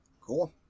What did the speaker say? cool